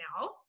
now